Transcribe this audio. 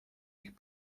ich